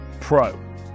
pro